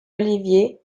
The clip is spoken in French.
olivier